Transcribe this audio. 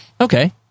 Okay